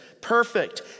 perfect